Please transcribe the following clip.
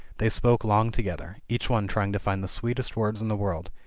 they spoke long to gether, each one trying to find the sweetest words in the world,